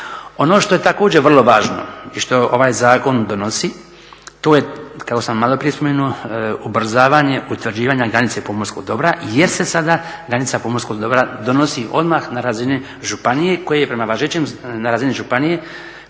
Ono što je također vrlo važno i što ovaj zakon donosi, to je, kao što sam maloprije spomenuo, ubrzavanje utvrđivanja granice pomorskog dobra jer se sada granica pomorskog dobra donosi odmah na razini županije koji je prema važećem zakonu